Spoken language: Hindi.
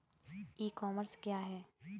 ई कॉमर्स क्या है?